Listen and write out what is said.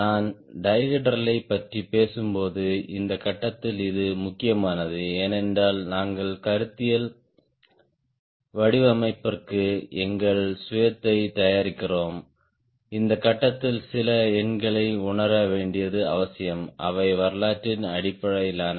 நான் டைஹெட்ரலைப் பற்றி பேசும்போது இந்த கட்டத்தில் இது முக்கியமானது ஏனென்றால் நாங்கள் கருத்தியல் வடிவமைப்பிற்கு எங்கள் சுயத்தைத் தயாரிக்கிறோம் இந்த கட்டத்தில் சில எண்களை உணர வேண்டியது அவசியம் அவை வரலாற்று அடிப்படையிலானவை